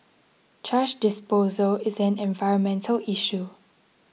trash disposal is an environmental issue